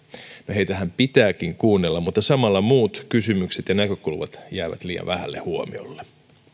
heitähän pitääkin kuunnella mutta samalla muut kysymykset ja näkökulmat jäävät liian vähälle huomiolle